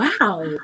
wow